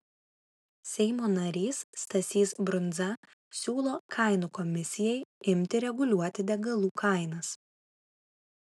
seimo narys stasys brundza siūlo kainų komisijai imti reguliuoti degalų kainas